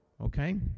okay